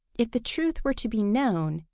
if the truth were to be known,